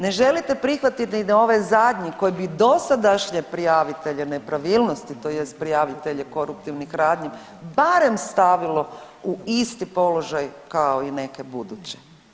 Ne želite prihvatiti ni ovaj zadnji koji bi dosadašnje prijavitelje nepravilnosti, tj. prijavitelje koruptivnih radnji barem stavilo u isti položaj kao i neke buduće.